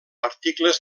articles